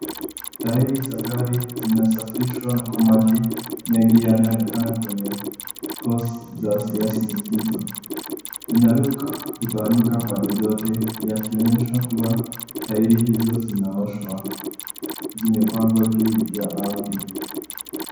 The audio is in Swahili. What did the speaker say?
Tairi za gari zinasafishwa kwa maji mengi yanayoonekana kwenye hose za shinikizo. Inaruka kutawanyika pande zote yakionyesha kuwa tairi hizo zinaoshwa zimepangwa juu ya ardhi.